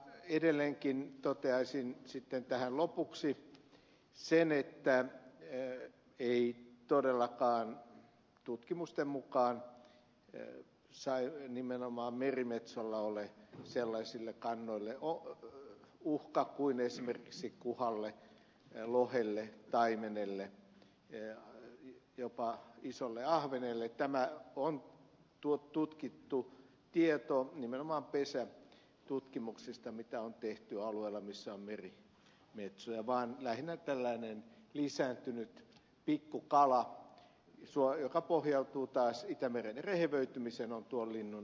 edelleenkin toteaisin sitten tähän lopuksi sen että ei todellakaan tutkimusten mukaan nimenomaan merimetsosta ole uhkaa sellaisille kannoille kuin esimerkiksi kuha lohi taimen jopa iso ahven tämä on tutkittu tieto nimenomaan pesätutkimuksista mitä on tehty alueella missä on merimetsoja vaan lähinnä tällainen lisääntynyt pikkukala joka pohjautuu taas itämeren rehevöitymiseen on tuon linnun ravinto